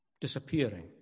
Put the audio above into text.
Disappearing